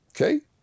Okay